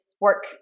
work